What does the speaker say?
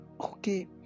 Okay